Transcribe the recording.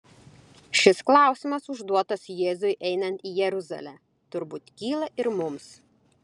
šis klausimas užduotas jėzui einant į jeruzalę turbūt kyla ir mums